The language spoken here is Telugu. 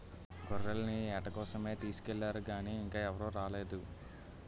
గొర్రెల్ని ఏట కోసమే తీసుకెల్లారు గానీ ఇంకా ఎవరూ రాలేదు